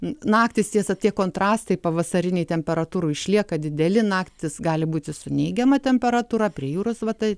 naktys tiesa tie kontrastai pavasariniai temperatūrų išlieka dideli naktys gali būti su neigiama temperatūra prie jūros va tai